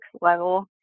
level